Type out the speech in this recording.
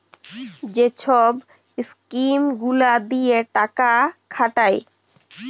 যে ছব ইস্কিম গুলা দিঁয়ে টাকা খাটায়